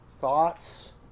thoughts